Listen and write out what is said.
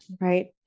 right